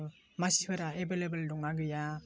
मासिफोरा एबेलेबेल दंना गैया